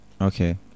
Okay